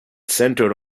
centred